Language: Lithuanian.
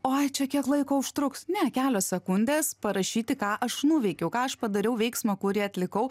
oi čia kiek laiko užtruks ne kelios sekundės parašyti ką aš nuveikiau ką aš padariau veiksmą kurį atlikau